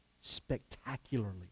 spectacularly